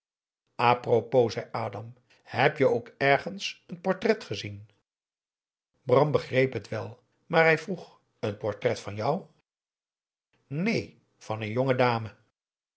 propos zei adam heb je ook ergens een portret gezien bram begreep het wel maar hij vroeg een portret van jou neen van een